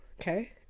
okay